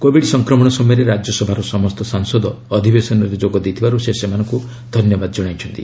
Covid ସଂକ୍ରମଣ ସମୟରେ ରାଜ୍ୟସଭାର ସମସ୍ତ ସାଂସଦ ଅଧିବେଶନରେ ଯୋଗଦେଇଥିବାରୁ ସେ ସେମାନଙ୍କୁ ଧନ୍ୟବାଦ ଜଣାଇଛନ୍ତି